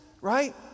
right